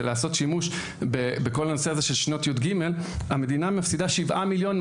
ולעשות שימוש בכל הנושא הזה של שנות י"ג היא מפסידה 7,200,000